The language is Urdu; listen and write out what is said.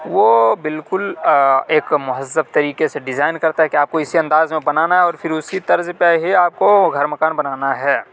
وہ بالکل ایک مہذب طریقے سے ڈیزائن کرتا ہے کہ آپ کو اسی انداز میں بنانا ہے اور پھر اسی طرز پہ ہی آپ کو گھر مکان بنانا ہے